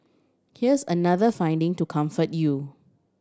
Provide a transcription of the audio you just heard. here's another finding to comfort you